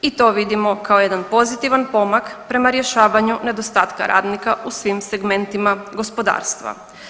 I to vidimo kao jedan pozitivan pomak prema rješavanju nedostatka radnika u svim segmentima gospodarstva.